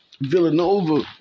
Villanova